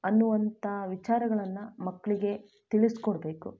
ಅನ್ನುವಂಥ ವಿಚಾರಗಳನ್ನು ಮಕ್ಕಳಿಗೆ ತಿಳಿಸ್ಕೊಡ್ಬೇಕು